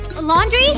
laundry